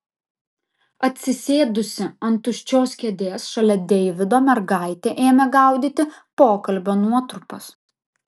atsisėdusi ant tuščios kėdės šalia deivido mergaitė ėmė gaudyti pokalbio nuotrupas